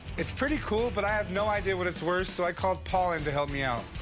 it's pretty cool, but i have no idea what it's worth, so i called paul in to help me out.